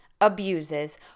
abuses